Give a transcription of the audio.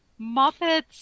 Muppets